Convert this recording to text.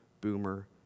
boomer